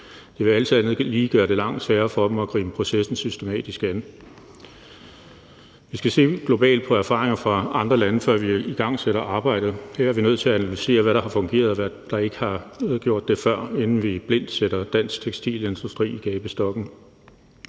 Det vil alt andet lige gøre det langt sværere for dem at gribe processen systematisk an. Vi skal se på erfaringer fra andre lande, før vi igangsætter arbejdet. Her er vi nødt til at analysere, hvad der har fungeret, og hvad der ikke har, inden vi blindt sætter den danske tekstilindustri i gabestokken.